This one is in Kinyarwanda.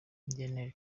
daniel